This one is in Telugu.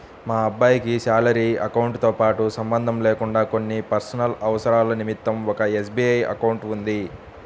మా అబ్బాయికి శాలరీ అకౌంట్ తో సంబంధం లేకుండా కొన్ని పర్సనల్ అవసరాల నిమిత్తం ఒక ఎస్.బీ.ఐ అకౌంట్ ఉంది